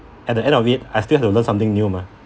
at the end of it I still have to learn something new mah